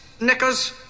knickers